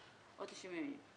עוד 90 ימים.